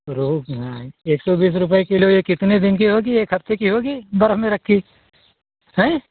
रोहू किहा है एक सौ बीस रुपये किलो ये कितने दिन की होगी एक हफ्ते की होगी बर्फ़ में रखी हैं